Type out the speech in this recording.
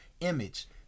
image